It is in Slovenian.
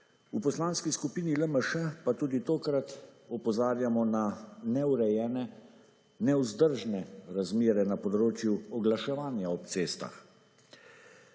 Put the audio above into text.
V Poslanski skupini LMŠ pa tudi tokrat opozarjamo na neurejene, nevzdržne razmere na področju oglaševanja ob cestah.